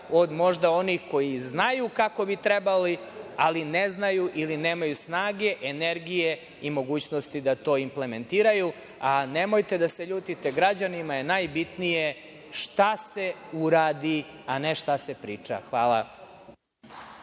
od možda onih koji znaju kako bi trebali, ali ne znaju ili nemaju snage, energije i mogućnosti da to implementiraju i nemojte da se ljutite, jer građanima je najbitnije šta se uradi a ne šta se priča. Hvala.